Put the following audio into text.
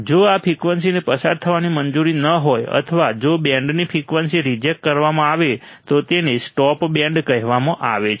જો આ ફ્રિકવન્સીને પસાર થવાની મંજૂરી ન હોય અથવા જો બેન્ડની ફ્રિકવન્સી રિજેક્ટ કરવામાં આવે તો તેને સ્ટોપ બેન્ડ કહેવામાં આવે છે